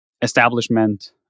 establishment